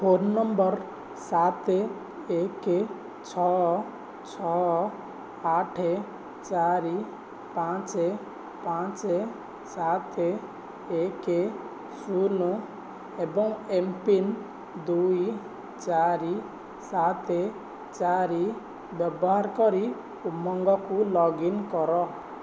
phone number ସାତ ଏକ ଛଅ ଛଅ ଆଠ ଚାରି ପାଞ୍ଚ ପାଞ୍ଚ ସାତ ଏକ ଶୂନ ଏବଂ ଏମ୍ପିନ୍ ଦୁଇ ଚାରି ସାତ ଚାରି ବ୍ୟବହାର କରି ଉମଙ୍ଗକୁ ଲଗ୍ଇନ୍ କର